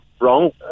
wrong